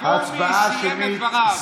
ההצבעה תהיה הצבעה שמית.